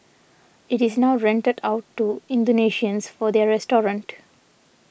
it is now rented out to Indonesians for their restaurant